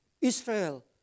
Israel